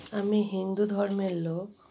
আমি হিন্দু ধর্মের লোক